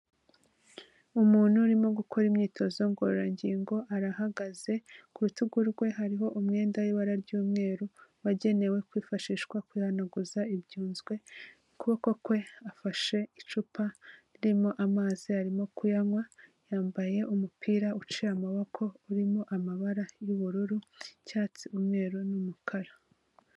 Umuntu urimo gukora imyitozo ngororangingo, arahagaze, ku rutugu rwe hariho umwenda w'ibara ry'umweru, wagenewe kwifashishwa kwihanaguza ibyunzwe, ukuboko kwe afashe icupa ririmo amazi arimo kuyanywa, yambaye umupira uciye amaboko urimo amabara y'ubururu, icyatsi, umweru n'umukara.